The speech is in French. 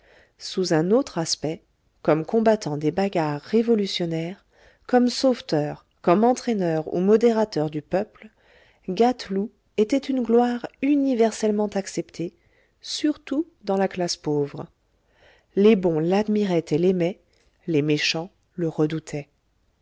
sous un autre aspect comme combattant des bagarres révolutionnaires comme sauveteur comme entraîneur ou modérateur du peuple gâteloup était une gloire universellement acceptée surtout dans la classe pauvre les bons l'admiraient et l'aimaient les méchants le redoutaient